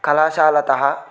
कलाशालातः